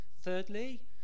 Thirdly